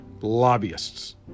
lobbyists